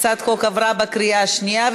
הצעת החוק עברה בקריאה השנייה.